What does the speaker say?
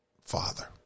father